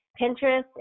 Pinterest